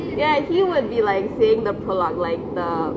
ya he would be like saying the prolouge like the